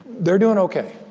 they're doing ok.